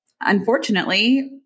unfortunately